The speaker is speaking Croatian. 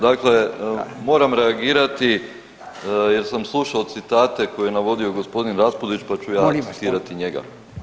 Dakle, moram reagirati jer sam slušao citate koje je navodio gospodin Raspudić pa ću ja citirati njega.